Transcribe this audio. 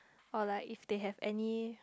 or like if they have any